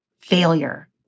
failure